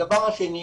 הדבר השני,